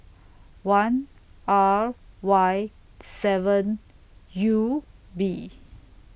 one R Y seven U B